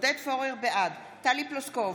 בעד טלי פלוסקוב,